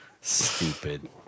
Stupid